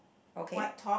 okay